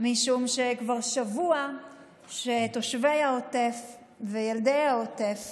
משום שכבר שבוע שתושבי העוטף וילדי העוטף